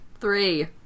Three